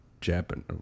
Japanese